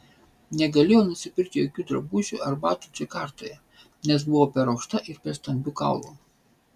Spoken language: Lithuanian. negalėjau nusipirkti jokių drabužių ar batų džakartoje nes buvau per aukšta ir per stambių kaulų